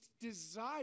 desire